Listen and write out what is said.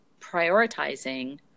prioritizing –